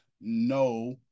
no